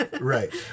right